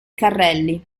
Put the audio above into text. carrelli